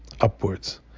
upwards